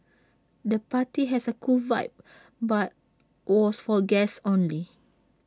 the party has A cool vibe but was for guests only